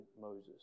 Moses